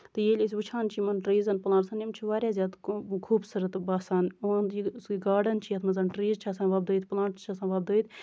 تہٕ ییٚلہِ أسۍ وٕچھان چھِ یِمن ٹریٖزَن پلانٹٔسن یِم چھِ واریاہ زیادٕ خوٗبصوٗرت باسان یِہُند یُس یہِ گاڈَن چھُ یَتھ منٛز ٹریٖز چھِ آسان وۄپدٲوِتھ پٔلانٹٔس چھِ آسان وۄپدٲوِتھ